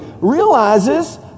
realizes